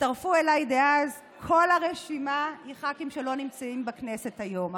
הצטרפו אליי אז כל הרשימה של הח"כים שלא נמצאים בכנסת היום,